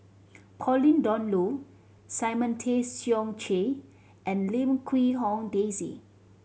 Pauline Dawn Loh Simon Tay Seong Chee and Lim Quee Hong Daisy